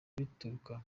bituruka